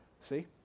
see